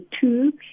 two